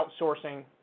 outsourcing